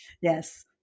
Yes